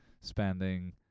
spending